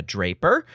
Draper